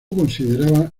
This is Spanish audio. consideraba